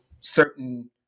certain